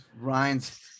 Ryan's